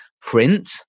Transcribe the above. print